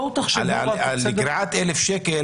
גם על פי התקנות האלה,